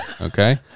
okay